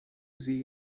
sehe